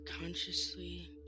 consciously